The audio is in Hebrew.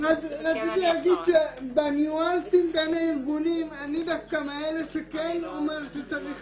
רציתי להגיד שבניואנסים בין הארגונים אני דווקא מאלה שכן אומר שצריך